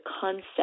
concept